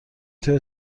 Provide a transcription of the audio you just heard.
توی